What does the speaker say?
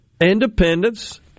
independence